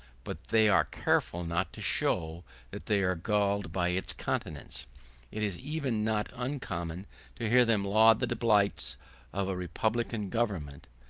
but they are careful not to show that they are galled by its continuance it is even not uncommon to hear them laud the delights of a republican government,